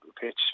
pitch